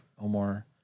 Omar